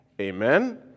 Amen